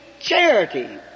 charity